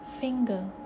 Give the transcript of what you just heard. finger